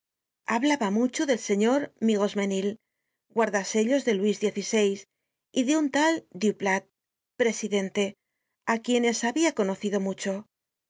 hablaba mucho del señor de miromesnil guarda sellos de luis xvi y de un tal duplat presidente a quienes habia conocido mucho